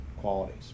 qualities